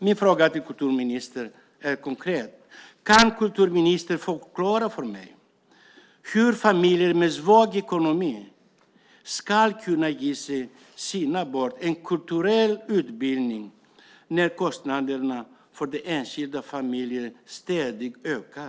Min fråga till kulturministern är konkret: Kan kulturministern förklara för mig hur familjer med svag ekonomi ska kunna ge sina barn en kulturell utbildning när kostnaderna för de enskilda familjerna ständigt ökar?